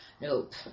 Nope